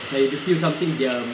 macam if they feel something diam